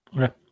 okay